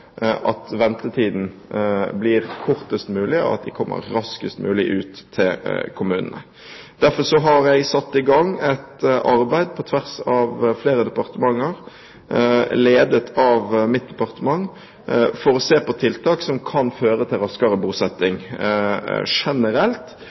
at ventetiden blir kortest mulig, og at de kommer raskest mulig ut i kommunene. Jeg har satt i gang et arbeid på tvers av flere departementer, ledet av mitt departement, for å se på tiltak som kan føre til en raskere